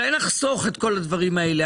אולי נחסוך את כל הדברים האלה,